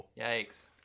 Yikes